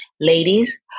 Ladies